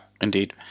Indeed